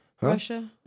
Russia